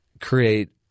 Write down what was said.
create